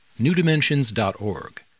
newdimensions.org